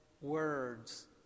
words